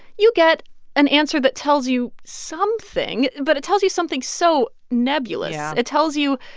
you get an answer that tells you something, but it tells you something so nebulous yeah it tells you,